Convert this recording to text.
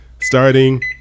starting